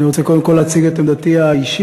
אני רוצה קודם כול להציג את עמדתי האישית.